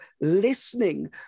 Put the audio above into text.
listening